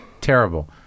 Terrible